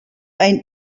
ein